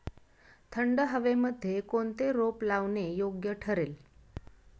थंड हवेमध्ये कोणते रोप लावणे योग्य ठरेल?